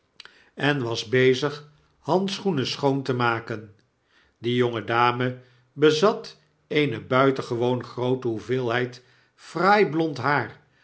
en was bezig handschoenen schoon te maken die jonge dame bezat eene buitengewoon groote hoeveelheid fraai blond haar